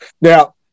now